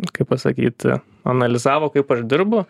kaip pasakyt analizavo kaip aš dirbu